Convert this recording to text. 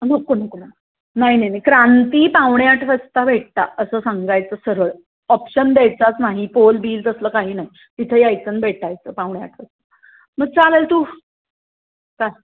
नको नको नको नाही नाही नाही क्रांती पावणे आठ वाजता भेटा असं सांगायचं सरळ ऑप्शन द्यायचाच नाही पोल बील तसलं काही नाही तिथं यायचं आणि भेटायचं पावणे आठ वाजता मग चालेल तू का